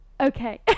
Okay